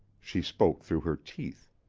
she spoke through her teeth.